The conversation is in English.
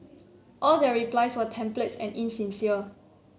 all their replies were templates and insincere